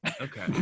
okay